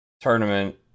tournament